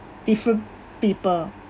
different people